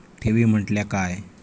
ठेवी म्हटल्या काय?